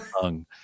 tongue